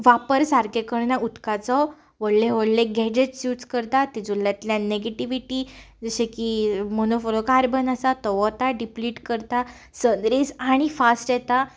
वापर सारके करना उदकाचो व्हडले व्हडले गॅजेट्स यूझ करता तेच्यांतल्यान नॅगेटीव्हीटी जशें की मोनोफोनोकार्बन आसात तो वता डिप्लीट करता सन रेयझ आनी फास्ट येता